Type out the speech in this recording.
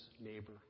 neighbor